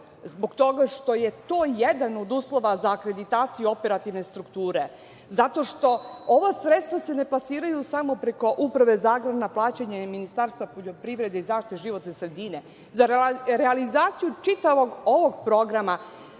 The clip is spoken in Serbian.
zbog toga što je to jedan od uslova za akreditaciju operativne strukture. Zato što se ova sredstva ne klasiraju samo preko Uprave za agrarna plaćanja i Ministarstva poljoprivrede i zaštite životne sredine. Za realizaciju čitavog ovog programa